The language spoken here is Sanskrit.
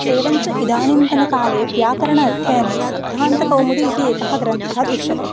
एवं च इदानींतनकाले व्याकरण अध्ययने सिद्धान्तकौमुदी इति एकः ग्रन्थः दृश्यते